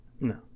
No